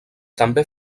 també